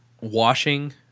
washing